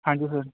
ਹਾਂਜੀ ਸਰ